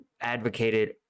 advocated